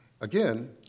Again